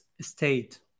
state